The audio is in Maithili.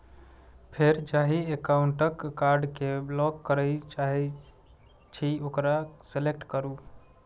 फेर जाहि एकाउंटक कार्ड कें ब्लॉक करय चाहे छी ओकरा सेलेक्ट करू